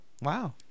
Wow